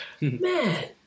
man